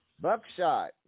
Buckshot